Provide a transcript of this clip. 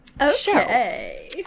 Okay